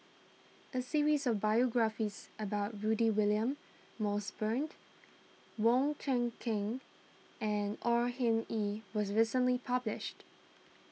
a series of biographies about Rudy William Mosbergen Wong Kan Seng and Au Hing Yee was recently published